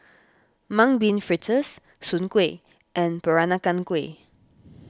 Mung Bean Fritters Soon Kuih and Peranakan Kueh